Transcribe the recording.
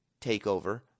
TakeOver